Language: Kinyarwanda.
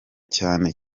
cyane